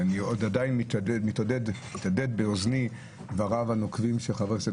עדיין מהדהדים באוזני דבריו הנוקבים של חבר הכנסת